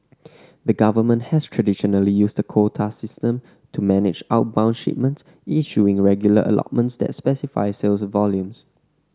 the government has traditionally used the quota system to manage outbound shipments issuing regular allotments that's specify sales volumes